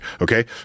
Okay